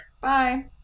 Bye